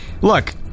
look